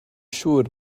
siŵr